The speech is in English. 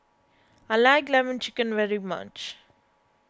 I like Lemon Chicken very much